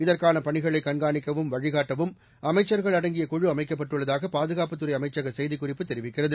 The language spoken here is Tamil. இதற்கான பணிகளை கண்காணிக்கவும் வழிகாட்டவும் அமைச்சர்கள் குழு அமைக்கப்பட்டுள்ளதாக பாதுகாப்புத்துறை அமைச்சக செய்திக்குறிப்பு தெரிவிக்கிறது